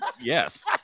Yes